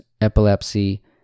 epilepsy